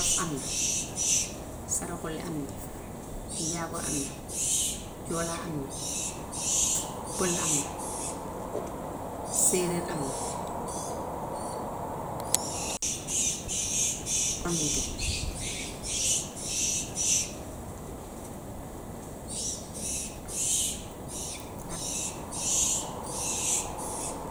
Wolof am na, saraxulle am na, njaago am na, joolaa am na, pël am na, séeréer am na, ñoominke.